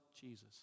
Jesus